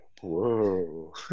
Whoa